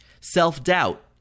Self-doubt